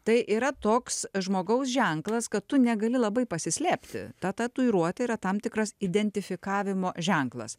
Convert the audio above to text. tai yra toks žmogaus ženklas kad tu negali labai pasislėpti ta tatuiruotė yra tam tikras identifikavimo ženklas